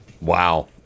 Wow